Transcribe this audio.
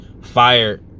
fire